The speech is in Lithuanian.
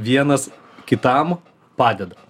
vienas kitam padeda